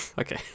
okay